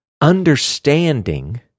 understanding